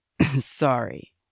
Sorry